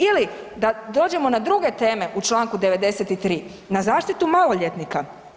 Ili da dođemo na druge teme u čl. 93., na zaštitu maloljetnika.